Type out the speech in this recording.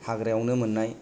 हाग्रायावनो मोननाय